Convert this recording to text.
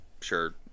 sure